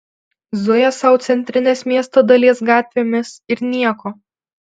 zuja sau centrinės miesto dalies gatvėmis ir nieko